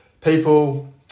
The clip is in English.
People